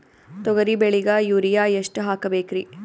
ತೊಗರಿ ಬೆಳಿಗ ಯೂರಿಯಎಷ್ಟು ಹಾಕಬೇಕರಿ?